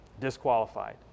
disqualified